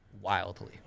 wildly